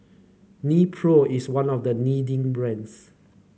Nepro is one of the leading brands